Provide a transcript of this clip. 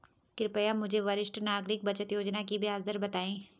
कृपया मुझे वरिष्ठ नागरिक बचत योजना की ब्याज दर बताएँ